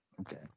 okay